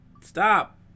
Stop